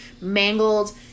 mangled